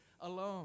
alone